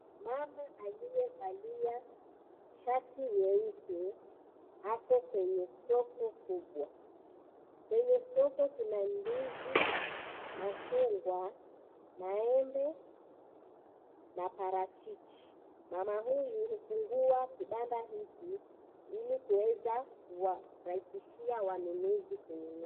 Mama aliyevalia shati nyeupe ako kwenye soko kubwa. Kwenye soko kuna ndizi, machungwa, maembe na parachichi. Mama huyu amefungua kibanda hiki hili kuweza kurahisishia wanunuzi kununua.